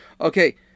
Okay